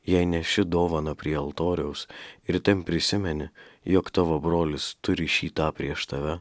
jei neši dovaną prie altoriaus ir ten prisimeni jog tavo brolis turi šį tą prieš tave